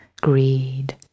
greed